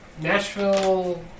Nashville